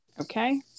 Okay